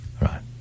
right